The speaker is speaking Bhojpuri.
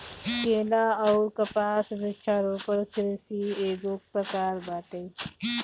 केला अउर कपास वृक्षारोपण कृषि एगो प्रकार बाटे